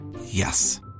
Yes